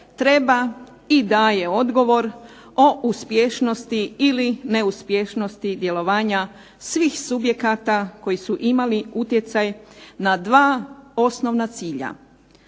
treba i daje odgovor o uspješnosti ili neuspješnosti djelovanja svih subjekata koji su imali utjecaj na dva osnovna cilja